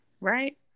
Right